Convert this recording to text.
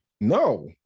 No